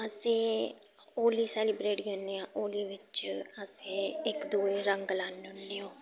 अस होली सैलिब्रेट करने आं होली बिच्च अस इक दुए गी रंग लान्ने होन्ने आं